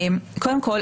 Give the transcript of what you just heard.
קודם כל,